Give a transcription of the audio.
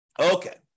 Okay